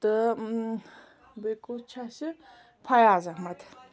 تہٕ بییہِ کُس چھُ اسہِ فَیاض احمَد